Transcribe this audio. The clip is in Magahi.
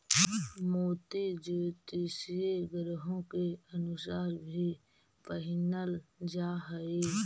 मोती ज्योतिषीय ग्रहों के अनुसार भी पहिनल जा हई